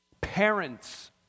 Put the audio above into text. Parents